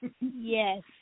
Yes